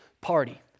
party